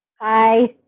Hi